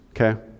Okay